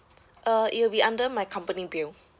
uh it'll be under my company bill